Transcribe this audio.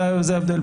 זה ההבדל.